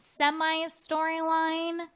semi-storyline